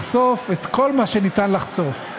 לחשוף את כל מה שניתן לחשוף.